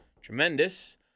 tremendous